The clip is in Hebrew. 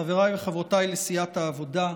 חבריי וחברותיי לסיעת העבודה עמר,